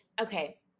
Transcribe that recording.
okay